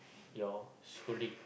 your schooling